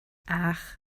ach